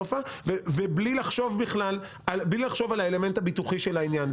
בלי לחשוב בכלל על האלמנט הביטוחי של העניין.